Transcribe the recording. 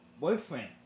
boyfriend